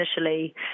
initially